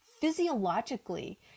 physiologically